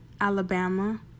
Alabama